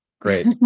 Great